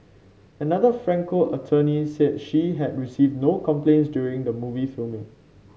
another Franco attorney said she had received no complaints during the movie filming